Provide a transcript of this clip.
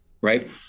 right